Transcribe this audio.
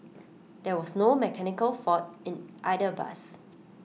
there was no mechanical fault in either bus